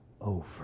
over